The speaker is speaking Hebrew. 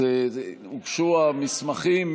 הוגשו המסמכים?